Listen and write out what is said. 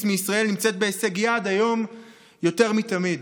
מישראל נמצאת בהישג יד היום יותר מתמיד.